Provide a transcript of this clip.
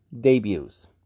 debuts